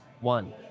one